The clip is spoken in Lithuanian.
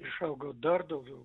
išaugo dar daugiau